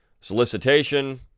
Solicitation